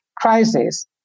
crisis